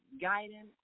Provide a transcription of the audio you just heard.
guidance